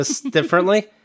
differently